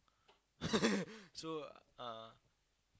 so uh